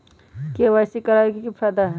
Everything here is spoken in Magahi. के.वाई.सी करवाबे के कि फायदा है?